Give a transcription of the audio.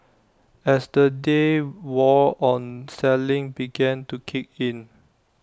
as the day wore on selling began to kick in